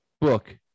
book